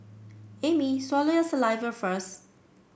Amy swallow your saliva first